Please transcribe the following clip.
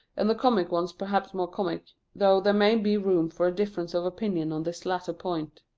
and the comic ones perhaps more comic, though there may be room for a difference of opinion on this latter point.